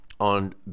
on